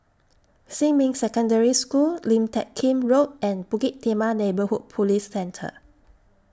Xinmin Secondary School Lim Teck Kim Road and Bukit Timah Neighbourhood Police Centre